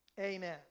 Amen